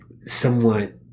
somewhat